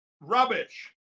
Rubbish